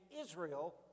Israel